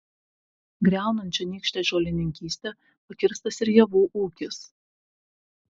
griaunant čionykštę žolininkystę pakirstas ir javų ūkis